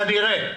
כנראה.